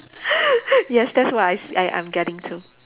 yes that's what I s~ I I'm getting too